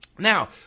Now